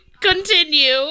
Continue